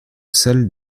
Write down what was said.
celles